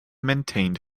maintained